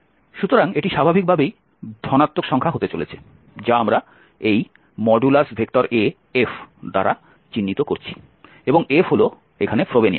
সুতরাং এটি স্বাভাবিকভাবেই ধনাত্মক সংখ্যা হতে চলেছে যা আমরা এই ‖A‖F দ্বারা চিহ্নিত করছি এবং F হল এখানে ফ্রোবেনিয়াস